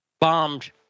bombed